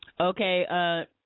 Okay